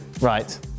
Right